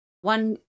One